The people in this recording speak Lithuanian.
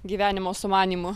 gyvenimo sumanymų